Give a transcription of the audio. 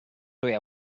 where